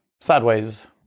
Sideways